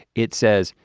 it says,